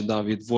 David